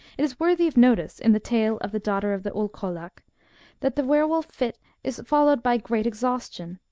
it is worthy of notice in the tale of the daughter of the ulkolakf that the were-wolf fit is followed by great exhaustion,